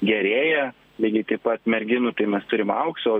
gerėja lygiai taip pat merginų tai mes turim aukso